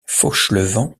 fauchelevent